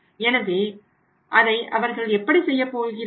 எனவே அதை அவர்கள் எப்படி செய்யப்போகிறார்கள்